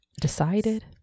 Decided